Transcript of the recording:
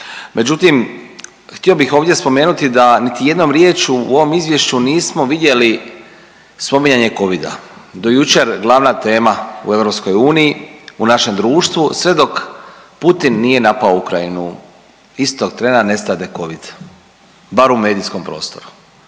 Međutim, htio bih ovdje spomenuti da niti jednom riječju nismo vidjeli spominjanje Covida. Do jučer glavna tema u EU, u našem društvu sve dok Putin nije napao Ukrajinu, istog trena nestade Covid, bar u medijskom prostoru.